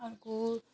अर्को